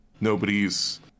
Nobody's